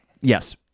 yes